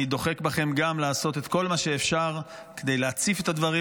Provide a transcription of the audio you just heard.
אני דוחק בכם גם לעשות את כל מה שאפשר כדי להציף את הדברים